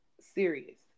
serious